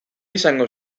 izango